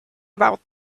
about